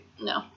No